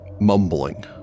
mumbling